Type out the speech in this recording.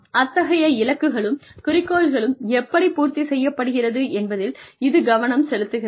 அத்தகைய இலக்குகளும் குறிக்கோள்களும் எப்படி பூர்த்தி செய்யப்படுகிறது என்பதில் இது கவனம் செலுத்துகிறது